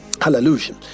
Hallelujah